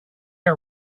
are